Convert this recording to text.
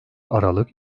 aralık